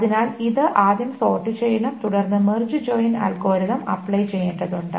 അതിനാൽ ഇത് ആദ്യം സോർട് ചെയ്യണം തുടർന്ന് മെർജ് ജോയിൻ അൽഗോരിതം അപ്ലൈ ചെയ്യേണ്ടതുണ്ട്